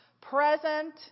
present